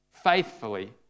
Faithfully